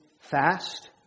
fast